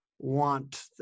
want